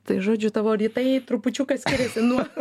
tai žodžiu tavo rytai trupučiuką skiriasi nuo